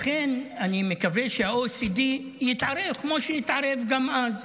לכן, אני מקווה שה-OECD יתערב כמו שהתערב גם אז,